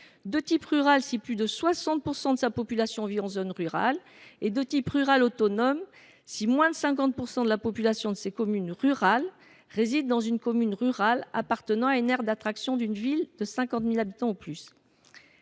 de type rural si plus de 60 % de sa population vit en zone rurale, et de type rural autonome si moins de 50 % de la population de ses communes rurales réside dans une commune rurale appartenant à une aire d’attraction d’une ville de 50 000 habitants ou plus.